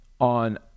on